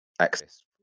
access